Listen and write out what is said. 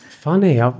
Funny